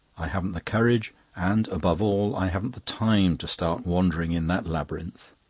i haven't the courage, and, above all, i haven't the time to start wandering in that labyrinth.